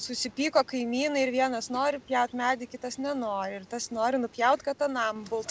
susipyko kaimynai ir vienas nori pjaut medį kitas nenori ir tas nori nupjaut kad anam būtų